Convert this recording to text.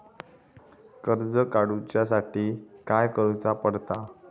कर्ज काडूच्या साठी काय करुचा पडता?